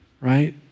right